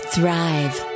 Thrive